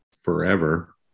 forever